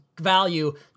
value